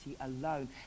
alone